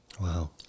Wow